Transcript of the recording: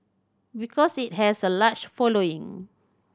because it has a large following